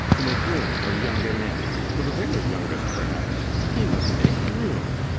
to make room for younger men! for the very youngest, perhaps! he must make room!